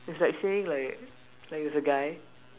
is like saying like there is a guy